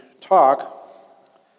talk